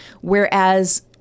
whereas